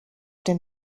den